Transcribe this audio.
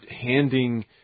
handing